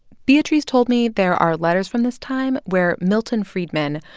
beatrice told me there are letters from this time where milton friedman,